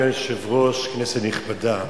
אדוני היושב-ראש, כנסת נכבדה,